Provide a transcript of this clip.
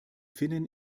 finnen